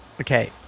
Okay